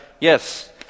Yes